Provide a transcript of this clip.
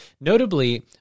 Notably